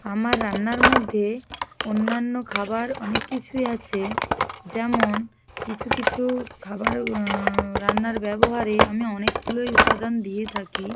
আমার রান্নার মধ্যে অন্যান্য খাবার অনেক কিছুই আছে যেমন কিছু কিছু খাবার রান্নার ব্যবহারে আমি অনেকগুলোই উপাদান দিয়ে থাকি